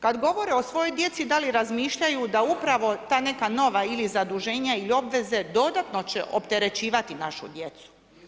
Kad govore o svojoj djeci da li razmišljaju da upravo ta neka nova ili zaduženja ili obveze dodatno će opterećivati našu djecu.